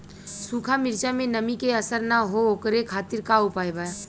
सूखा मिर्चा में नमी के असर न हो ओकरे खातीर का उपाय बा?